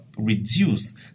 reduce